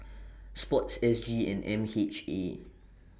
Sports S G and M H A